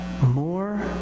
more